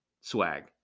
Swag